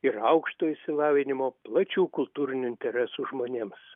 ir aukšto išsilavinimo plačių kultūrinių interesų žmonėms